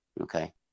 Okay